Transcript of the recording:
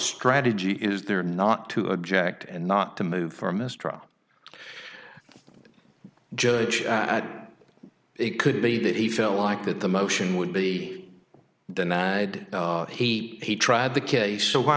strategy is there not to object and not to move for a mistrial judge it could be that he felt like that the motion would be denied he tried the case so why